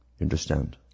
understand